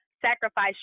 sacrifice